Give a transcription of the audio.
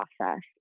process